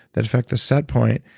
that affect the set point.